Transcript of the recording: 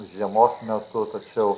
žiemos metu tačiau